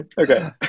Okay